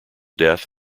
death